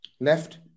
Left